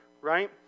right